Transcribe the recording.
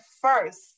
first